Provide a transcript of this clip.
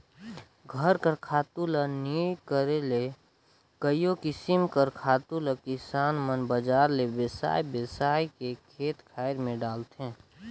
घर कर खातू ल नी करे ले कइयो किसिम कर खातु ल किसान मन बजार ले बेसाए बेसाए के खेत खाएर में डालथें